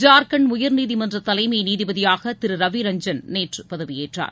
ஜார்க்கண்ட் உயர்நீதிமன்ற தலைமை நீதிபதியாக திரு ரவி ரஞ்சன் நேற்று பதவியேற்றார்